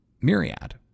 Myriad